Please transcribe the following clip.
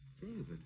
David